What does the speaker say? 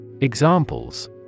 Examples